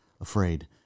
afraid